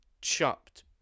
chopped